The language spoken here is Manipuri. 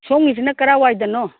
ꯁꯣꯝꯒꯤꯁꯤꯅ ꯀꯔꯥꯏꯋꯥꯏꯗꯅꯣ